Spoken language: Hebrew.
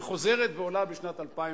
היא חוזרת ועולה בשנת 2007,